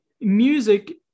music